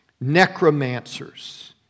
Necromancers